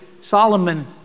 Solomon